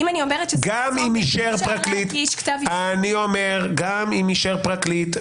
אם אישר פרקליט,